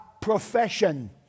profession